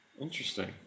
Interesting